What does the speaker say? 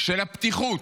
של פתיחות,